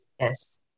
Yes